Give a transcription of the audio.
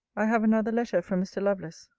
i have another letter from mr. lovelace.